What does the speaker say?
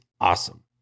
awesome